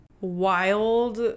wild